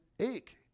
ache